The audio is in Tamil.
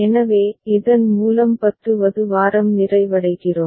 எனவே இதன் மூலம் 10 வது வாரம் நிறைவடைகிறோம்